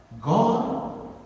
God